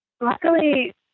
luckily